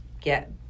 get